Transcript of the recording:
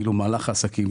כאילו מהלך העסקים,